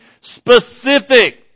specific